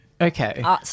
Okay